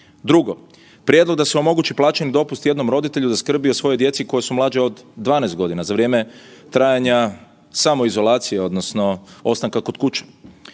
Drugo prijedlog da se omogući plaćeni dopust jednom roditelju da skrbi o svojoj djeci koja su mlađa od 12 godina za vrijeme trajanja samoizolacije odnosno ostanka kod kuće.